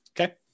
okay